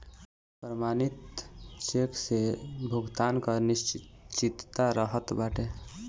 प्रमाणित चेक से भुगतान कअ निश्चितता रहत बाटे